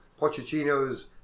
Pochettino's